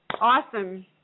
awesome